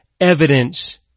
evidence